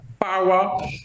power